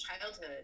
childhood